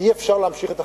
אי-אפשר להמשיך את החגיגה.